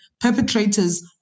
perpetrators